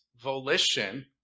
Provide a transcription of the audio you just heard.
volition